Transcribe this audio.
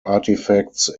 artifacts